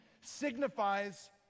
signifies